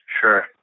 Sure